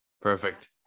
Perfect